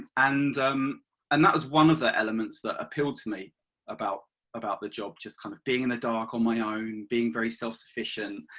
and um and that was one of the elements that appealed to me about about the job, just kind of being in the dark on my own, being very self sufficient,